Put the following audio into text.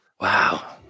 Wow